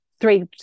Three